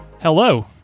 Hello